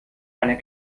einer